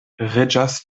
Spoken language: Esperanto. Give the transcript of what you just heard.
reĝas